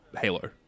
Halo